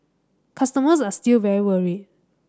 customers are still very worried